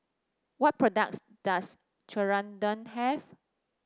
what products does have